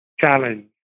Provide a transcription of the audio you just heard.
challenge